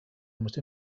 almost